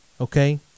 okay